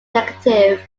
negative